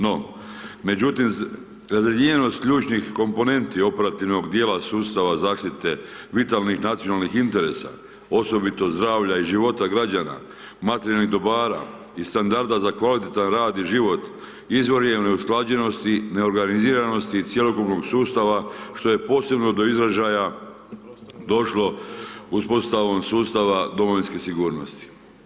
No, međutim razdijeljenost ključnih komponenti operativnog dijela sustava zaštite vitalnih nacionalnih interesa osobito zdravlja i života građa, materijalnih dobara i standarda za kvalitetan rad i život izvor je neusklađenosti, neorganiziranosti cjelokupnog sustava što je posebno do izražaja došlo uspostavom sustava domovinske sigurnosti.